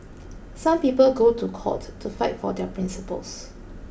some people go to court to fight for their principles